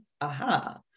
Aha